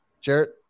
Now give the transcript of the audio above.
Jarrett